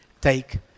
Take